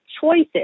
choices